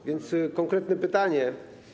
A więc konkretne pytanie.